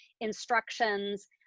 instructions